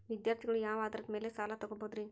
ವಿದ್ಯಾರ್ಥಿಗಳು ಯಾವ ಆಧಾರದ ಮ್ಯಾಲ ಸಾಲ ತಗೋಬೋದ್ರಿ?